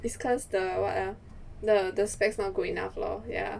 is cause the what ah the the specs not good enough lor ya